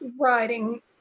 writing